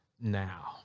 now